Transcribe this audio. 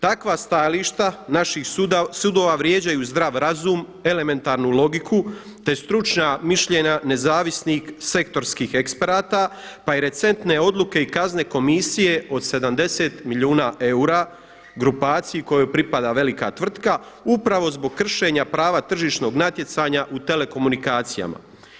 Takva stajališta naših sudova vrijeđaju zdrav razum, elementarnu logiku te stručna mišljenja nezavisnih sektorskih eksperata pa i recentne odluke i kazne komisije od 70 milijuna eura grupaciji kojoj pripada velika tvrtka upravo zbog kršenja prava tržišnog natjecanja u telekomunikacijama.